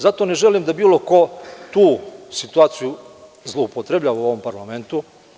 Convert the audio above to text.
Zato ne želim da bilo ko tu situaciju zloupotrebljava u ovom parlamentu.